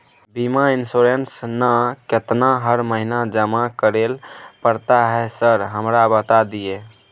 बीमा इन्सुरेंस ना केतना हर महीना जमा करैले पड़ता है सर हमरा बता दिय?